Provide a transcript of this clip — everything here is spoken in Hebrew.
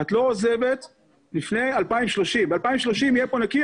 את לא עוזבת לפני 2030. ב-2030 יהיה פה נקי,